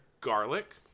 Garlic